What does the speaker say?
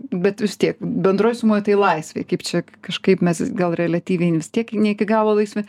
bet vis tiek bendroj sumoj tai laisvėj kaip čia kažkaip mes gal reliatyviai vis tiek ne iki galo laisvi